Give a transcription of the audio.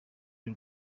y’u